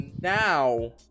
now